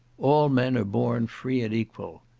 all men are born free and equal.